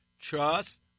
trust